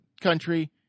country